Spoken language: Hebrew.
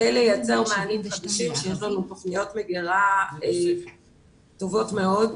יש לנו תוכניות מגירה טובות מאוד,